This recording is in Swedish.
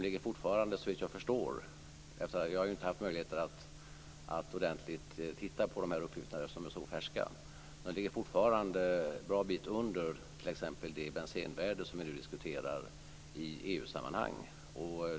Jag har inte haft möjlighet att titta på de här uppgifterna ordentligt, eftersom de är så färska, men såvitt jag förstår ligger de fortfarande en bra bit under t.ex. det bensenvärde som vi nu diskuterar i EU-sammanhang.